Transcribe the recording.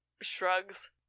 shrugs